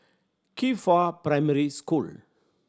Qifa Primary School